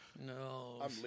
No